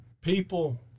people